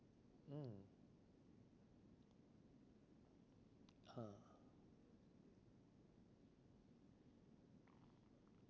mm ah